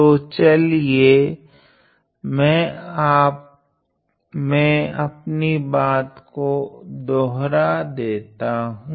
तो चलिये मैं अपनी बात को दोहरा देता हूँ